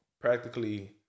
practically